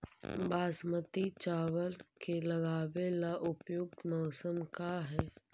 बासमती चावल के लगावे ला उपयुक्त मौसम का है?